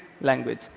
language